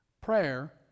Prayer